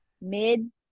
mid